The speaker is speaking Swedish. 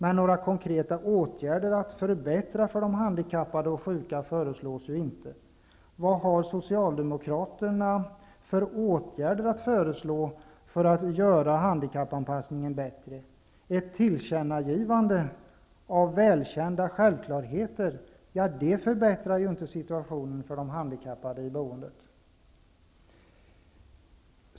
Men några konkreta åtgärder för att förbättra för de handikappade och sjuka föreslås inte. Vad har Socialdemokraterna för åtgärder att föreslå för att göra handikappanpassningen bättre? Ett tillkännagivande av välkända självklarheter förbättrar inte situationen för de handikappade i boendet.